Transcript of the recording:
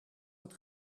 het